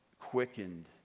quickened